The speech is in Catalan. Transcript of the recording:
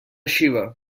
xiva